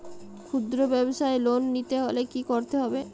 খুদ্রব্যাবসায় লোন নিতে হলে কি করতে হবে?